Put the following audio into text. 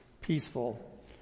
peaceful